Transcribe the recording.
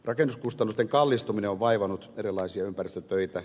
rakennuskustannusten kallistuminen on vaivannut erilaisia ympäristötöitä